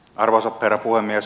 arvoisa herra puhemies